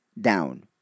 down